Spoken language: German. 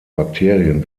bakterien